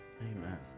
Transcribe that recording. Amen